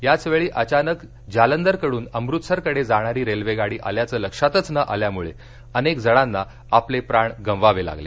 याच वेळी अचानक जालंदर कडून अमृतसर कडे जाणारी रेल्वे गाडी आल्याचे लक्षातच न आल्यामुळे अनेक जणांना आपले प्राण गमवावे लागले